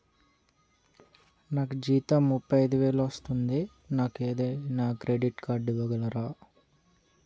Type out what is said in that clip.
నాకు జీతం ముప్పై ఐదు వేలు వస్తుంది నాకు ఏదైనా క్రెడిట్ కార్డ్ ఇవ్వగలరా?